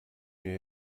mir